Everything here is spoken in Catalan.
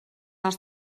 els